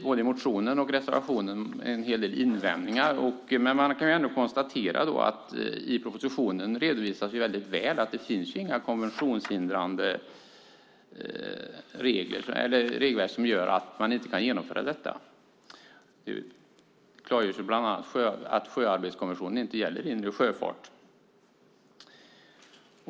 Både i motionen och i reservationen kan man läsa en hel del invändningar, men i propositionen redovisas att det inte finns något i konventioner eller regelverk som hindrar att detta genomförs. Det klargörs bland annat att sjöarbetskonventionen inte gäller inre sjöfart.